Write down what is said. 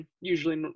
usually